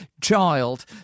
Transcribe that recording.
child